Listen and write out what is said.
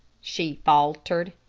she faltered.